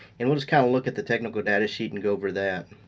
and we'll just kinda look at the technical data sheet and go over that.